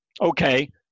Okay